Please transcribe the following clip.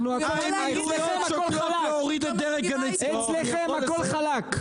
אצלכם הכול חלק.